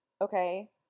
okay